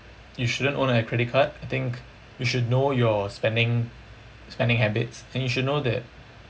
you shouldn't own any credit card I think you should know your spending spending habits and you should know that